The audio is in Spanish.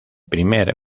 primer